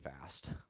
fast